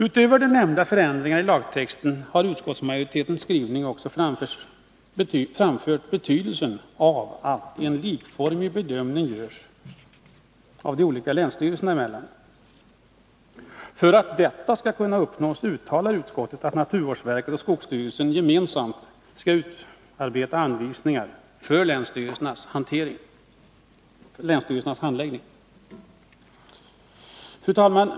Utöver de nämnda förändringarna i lagtexten har i utskottsmajoritetens skrivning också framförts betydelsen av att en likformig bedömning görs de olika länsstyrelserna emellan. För att detta skall kunna uppnås uttalar utskottet att naturvårdsverket och skogsstyrelsen gemensamt skall utarbeta anvisningar för länsstyrelsernas handläggning. Fru talman!